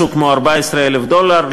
משהו כמו 14,000 דולר,